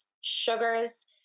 sugars